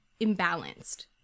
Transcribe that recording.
imbalanced